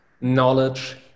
knowledge